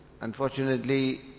unfortunately